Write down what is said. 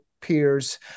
peers